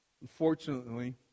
Unfortunately